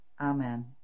Amen